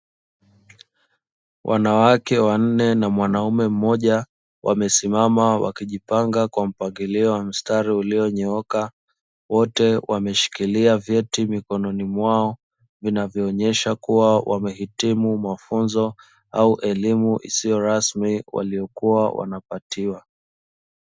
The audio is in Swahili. Wanawake wanne na mwanaume mmoja, wamesimama wakijipanga kwa mpangilio wa mstari ulionyooka, wote wameshikilia vyeti mikononi mwao vinavyoonyesha kuwa wamehitimu mafunzo au elimu isiyokuwa rasmi waliyokuwa wanapatiwa.